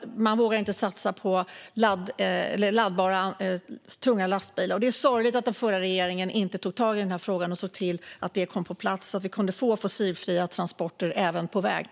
Man vågade inte satsa på laddbara, tunga lastbilar. Det är sorgligt att den förra regeringen inte tog tag i den frågan och såg till att detta kom på plats så att det kunde bli fossilfria transporter även på vägarna.